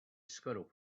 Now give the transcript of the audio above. squirrel